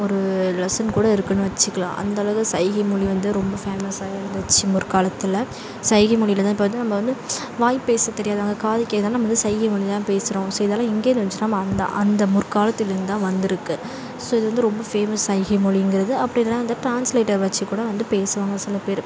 ஒரு லெசன் கூட இருக்குன்னு வெச்சுக்கலாம் அந்தளவு சைகை மொழி வந்து ரொம்ப ஃபேமஸாக இருந்துச்சு முற்காலத்தில் சைகை மொழியில் தான் இப்போ வந்து நம்ம வந்து வாய் பேச தெரியாதவங்க காது இதான் நம்ம வந்து சைகை மொழி தான் பேசுகிறோம் ஸோ இதெல்லாம் எங்கேருந்து வந்துச்சின்னா அந்த அந்த முற்காலத்துலேருந்தான் வந்திருக்கு ஸோ இது வந்து ரொம்ப ஃபேமஸ் சைகை மொழிங்கிறது அப்படி இல்லைனா அந்த டிரான்ஸ்லேட்டர் வெச்சு கூட வந்து பேசுவாங்க சில பேர்